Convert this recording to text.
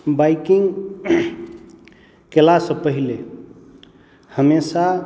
biking केला से पहले हमेशा